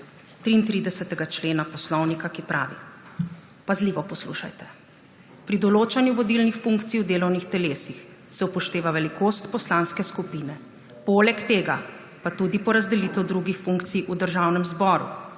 33. člena Poslovnika, ki pravi, pazljivo poslušajte: »Pri določanju vodilnih funkcij v delovnih telesih se upošteva velikost poslanske skupine, poleg tega pa tudi porazdelitev drugih funkcij v državnem zboru